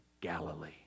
Galilee